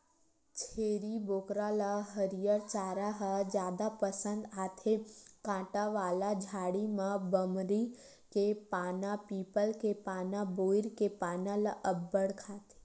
छेरी बोकरा ल हरियर चारा ह जादा पसंद आथे, कांटा वाला झाड़ी म बमरी के पाना, पीपल के पाना, बोइर के पाना ल अब्बड़ खाथे